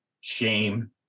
shame